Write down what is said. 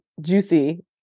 juicy